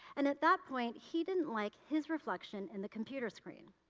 and, at that point he didn't like his reflection in the computer screen.